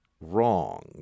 wrong